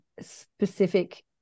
specific